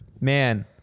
Man